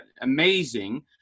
amazing